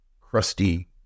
crusty